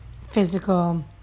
physical